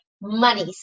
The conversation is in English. money